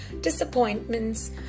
disappointments